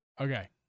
Okay